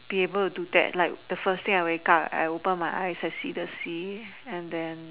be able to do that like the first thing I wake up I open my eyes I see the sea and then